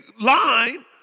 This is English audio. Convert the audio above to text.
line